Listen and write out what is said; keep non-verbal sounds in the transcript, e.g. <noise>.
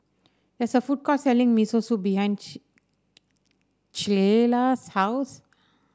there is a food court selling Miso Soup behind <unintelligible> Clella's house